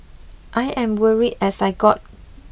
I am worried as I got